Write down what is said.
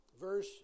verse